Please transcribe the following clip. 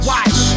Watch